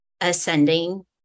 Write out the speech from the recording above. ascending